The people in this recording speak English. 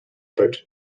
about